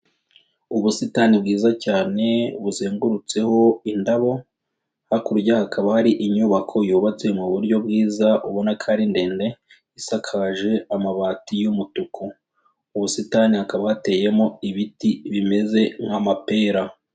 Ubusitani bwiza cyane buzengurutseho indabo, hakurya hakaba hari inyubako yubatse mu buryo bwiza ubona ko ari ndende isakaje amabati y'umutuku, mu busitani hakaba hateyemo ibiti bimeze nk'amapera.